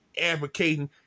advocating